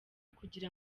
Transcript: kugira